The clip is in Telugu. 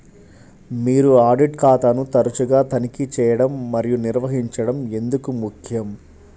మీ ఆడిట్ ఖాతాను తరచుగా తనిఖీ చేయడం మరియు నిర్వహించడం ఎందుకు ముఖ్యం?